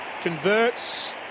converts